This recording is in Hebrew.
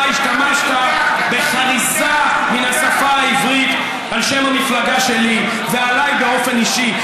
אתה השתמשת בחריזה בשפה העברית על שם המפלגה שלי ועליי באופן אישי,